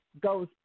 goes